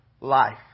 life